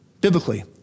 biblically